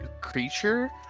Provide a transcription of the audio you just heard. Creature